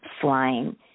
flying